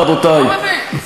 רבותי,